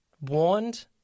warned